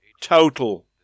total